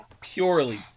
purely